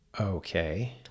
okay